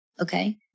okay